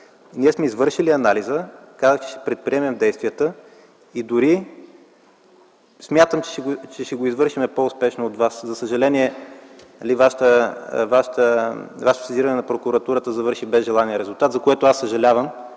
Ние сме извършили анализа. Казах, че ще предприемем действията, дори смятам, че ще го извършим по-успешно от вас. За съжаление Вашето сезиране на прокуратурата завърши без желания резултат, за което аз съжалявам.